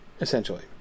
essentially